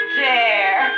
dare